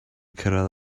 cyrraedd